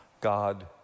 God